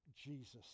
Jesus